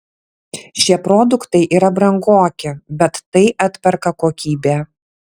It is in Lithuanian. šie produktai yra brangoki bet tai atperka kokybė